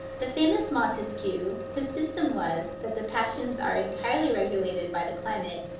the famous montesquieu, whose system was, that the passions are entirely regulated by the climate,